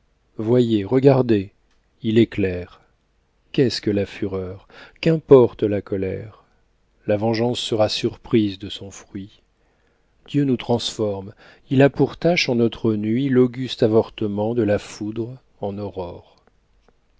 voyez regardez il éclaire qu'est-ce que la fureur qu'importe la colère la vengeance sera surprise de son fruit dieu nous transforme il a pour tâche en notre nuit l'auguste avortement de la foudre en aurore